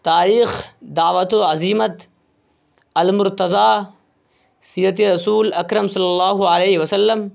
تاریخِ دعوت و عزیمت المرتضیٰ سیرتِ رسول اکرم صلی اللہ علیہ و سلم